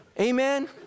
Amen